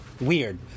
weird